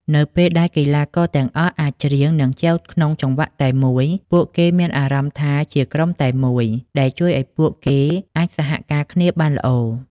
នៅពេលដែលកីឡាករទាំងអស់អាចច្រៀង និងចែវក្នុងចង្វាក់តែមួយ ពួកគេមានអារម្មណ៍ថាជាក្រុមតែមួយ ដែលជួយឲ្យពួកគេអាចសហការគ្នាបានល្អ។